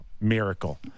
miracle